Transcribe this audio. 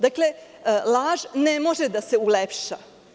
Dakle, laž ne može da se ulepša.